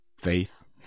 faith